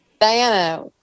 Diana